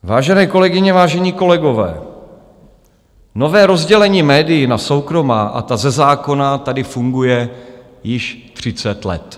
Vážené kolegyně, vážení kolegové, nové rozdělení médií na soukromá a ta ze zákona tady funguje již 30 let.